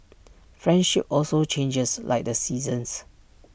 friendship also changes like the seasons